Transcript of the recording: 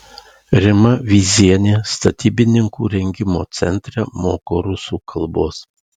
rima vyzienė statybininkų rengimo centre moko rusų kalbos